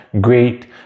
great